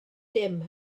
dim